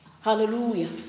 Hallelujah